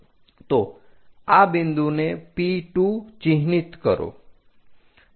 તો આ બિંદુને P2 ચિહ્નિત કરો